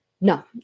No